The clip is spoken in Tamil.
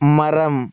மரம்